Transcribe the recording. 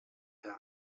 herr